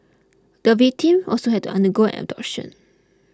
the victim also had to undergo an abortion